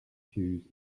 shoes